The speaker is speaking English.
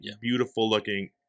beautiful-looking